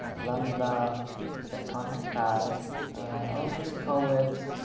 lambda set context path i would just call it